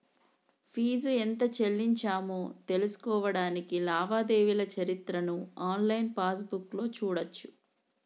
fee ఎంత చెల్లించామో తెలుసుకోడానికి లావాదేవీల చరిత్రను ఆన్లైన్ పాస్బుక్లో చూడచ్చు